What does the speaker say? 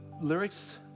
lyrics